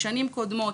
שנים קודמות,